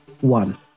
one